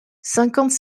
cinquante